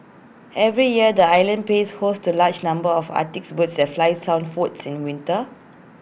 every year the island plays host to large number of Arctics birds that fly southwards in winter